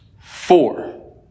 Four